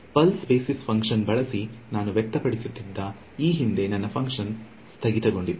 pulse basis function ಬಳಸಿ ನಾನು ವ್ಯಕ್ತಪಡಿಸುತ್ತಿದ್ದ ಈ ಹಿಂದೆ ನನ್ನ ಫಂಕ್ಷನ್ ಸ್ಥಗಿತಗೊಂಡಿತ್ತು